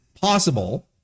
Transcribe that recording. possible